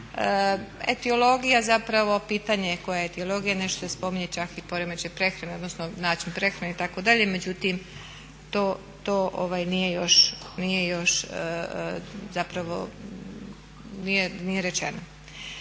Etiologija zapravo, pitanje koje etiologija, nešto se spominje čak i poremećaj prehrane odnosno način prehrane itd. međutim to nije još zapravo nije rečeno.